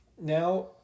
Now